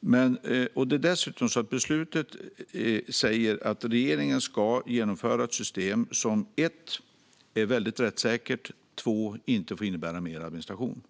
Beslutet säger dessutom att regeringen ska genomföra ett system som för det första är väldigt rättssäkert och för det andra inte får innebära mer administration.